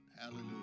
Hallelujah